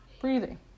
Breathing